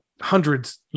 hundreds